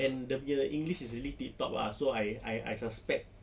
and dia punya english is really tiptop ah so I I I suspect